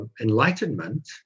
enlightenment